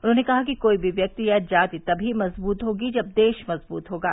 उन्होंने कहा कि कोई भी व्यक्ति या जाति तभी मजबूत होगी जब देश मजबूत होगा